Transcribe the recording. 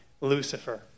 Lucifer